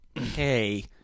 okay